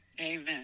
Amen